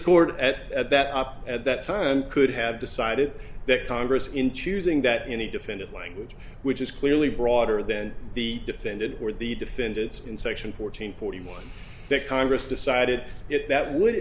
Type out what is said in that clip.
court at that up at that time could have decided that congress in choosing that any defendant language which is clearly broader than the defendant or the defendants in section fourteen forty one that congress decided it that w